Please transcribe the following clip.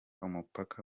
umupaka